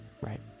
Right